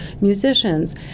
musicians